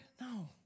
No